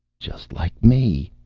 just like me,